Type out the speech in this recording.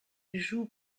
joue